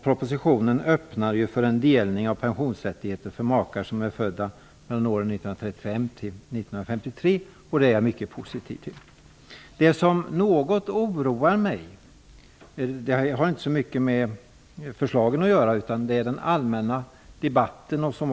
Propositionen öppnar för en delning av pensionsrättigheter för makar som är födda åren 1935--1953, vilket jag är mycket positiv till. Det som något oroar mig har inte så mycket med förslagen att göra, utan det har med den allmänna debatten att göra.